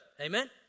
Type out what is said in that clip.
Amen